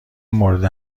مورد